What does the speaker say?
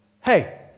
Hey